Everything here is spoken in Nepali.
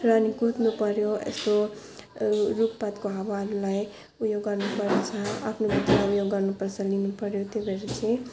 र अनि कुद्नुपऱ्यो यस्तो रुखपातको हाँगाहरूलाई ऊ यो गर्नुपर्छ आफ्नो लागि लिनुपऱ्यो त्यो भएर चाहिँ